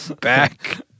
Back